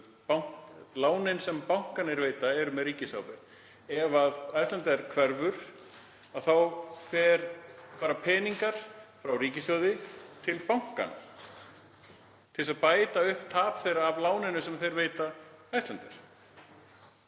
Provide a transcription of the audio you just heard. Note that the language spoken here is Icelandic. Lánin sem bankarnir veita eru með ríkisábyrgð. Ef Icelandair hverfur fara peningar frá ríkissjóði til bankanna til að bæta upp tap þeirra af láninu sem þeir veita Icelandair.